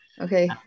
Okay